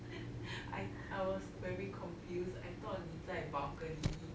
I I was very confused I thought 你在 balcony